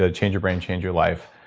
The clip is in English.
ah change your brain, change your life,